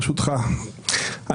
ברשותך,